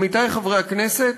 עמיתי חברי הכנסת,